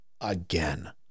again